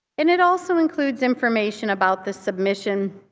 and it also includes information about the submission,